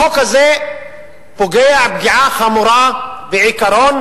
החוק הזה פוגע פגיעה חמורה בעקרון